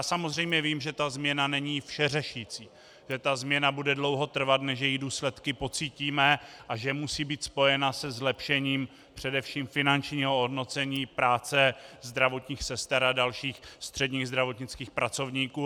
Samozřejmě vím, že ta změna není všeřešící, změna bude dlouho trvat, než její důsledky pocítíme, a že musí být spojena se zlepšením především finančního ohodnocení práce zdravotních sester a dalších středních zdravotnických pracovníků.